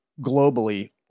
globally